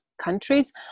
countries